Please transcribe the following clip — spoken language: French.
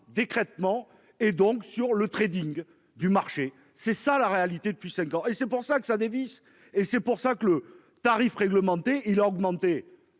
d'écrêtement et donc sur le Trading du marché, c'est ça la réalité depuis 5 ans et c'est pour ça que ça dévisse et c'est pour ça que le tarif réglementé, il a augmenté